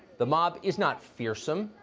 the mob is not fearsome,